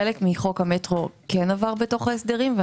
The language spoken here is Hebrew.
חלק מחוק המטרו כן עבר בחוק ההסדרים.